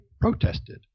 protested